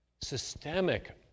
systemic